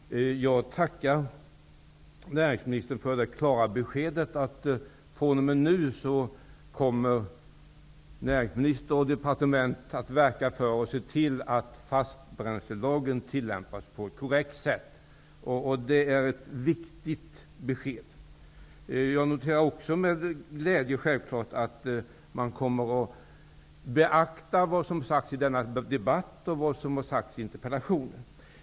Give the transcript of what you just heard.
Herr talman! Jag tackar näringsministern för det klara beskedet att näringsminister och departement fr.o.m. nu kommer att verka för att fastbränslelagen tillämpas på ett korrekt sätt. Det är ett viktigt besked. Jag noterar också -- självfallet med glädje -- att man kommer att beakta vad som sägs i denna debatt och det som har framförts i interpellationen.